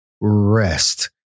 rest